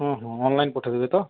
ହଁ ହଁ ଅନ୍ଲାଇନ୍ ପଠେଇ ଦେବି ତ